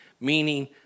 meaning